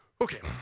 ok.